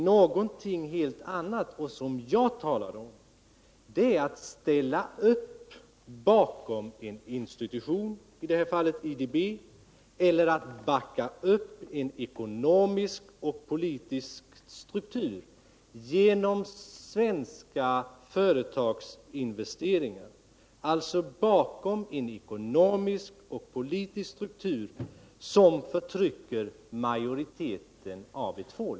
Någonting helt annat, och det är det som jag talar om, är att ställa upp bakom en institution, i detta fall IDB, eller att genom svenska företags investeringar stödja en ekonomisk och politisk struktur som förtrycker majoriteten av ett folk.